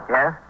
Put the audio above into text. Yes